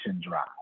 drive